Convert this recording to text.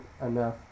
enough